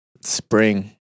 Spring